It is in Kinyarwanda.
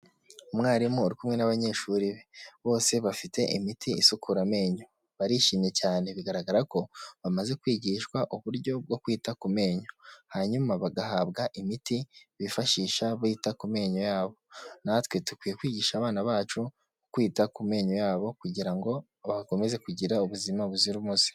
Umwarimu ari kumwe n'abanyeshuri, bose bafite imiti isukura amenyo, barishimye cyane bigaragara ko bamaze kwigishwa uburyo bwo kwita ku menyo, hanyuma bagahabwa imiti bifashisha bita ku menyo yabo, natwe dukwiye kwigisha abana bacu kwita ku menyo yabo kugira ngo bakomeze kugira ubuzima buzira umuze.